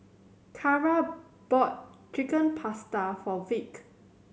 Carra bought Chicken Pasta for Vick